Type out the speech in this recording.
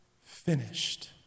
finished